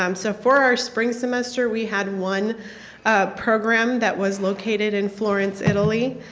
um so for our spring semester we had one program that was located in florence, italy.